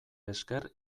esker